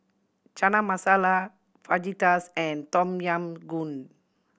Chana Masala Fajitas and Tom Yam Goong